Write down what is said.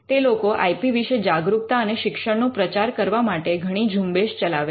તે લોકો I P વિશે જાગરૂકતા અને શિક્ષણનો પ્રચાર કરવા માટે ઘણી ઝુંબેશ ચલાવે છે